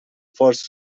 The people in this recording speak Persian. فارس